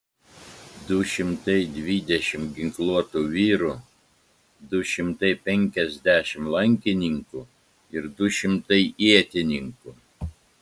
du šimtai dvidešimt ginkluotų vyrų du šimtai penkiasdešimt lankininkų ir du šimtai ietininkų